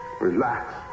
Relax